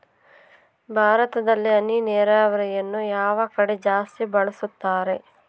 ಭಾರತದಲ್ಲಿ ಹನಿ ನೇರಾವರಿಯನ್ನು ಯಾವ ಕಡೆ ಜಾಸ್ತಿ ಬಳಸುತ್ತಾರೆ?